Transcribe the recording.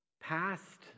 past